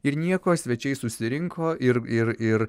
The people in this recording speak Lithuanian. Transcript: ir nieko svečiai susirinko ir ir ir